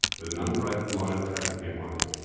with an unbroken line of traffic behind it.